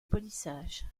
polissage